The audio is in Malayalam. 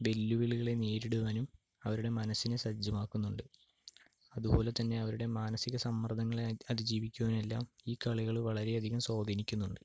വെല്ലുവിളികളെ നേരിടുവാനും അവരുടെ മനസ്സിനെ സജ്ജമാക്കുന്നുണ്ട് അതുപോലെത്തന്നെ അവരുടെ മാനസികസമ്മർദ്ദങ്ങളെ അതിജീവിക്കുവാൻ എല്ലാം ഈ കളികൾ വളരെയധികം സ്വാധീനിക്കുന്നുണ്ട്